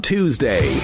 Tuesday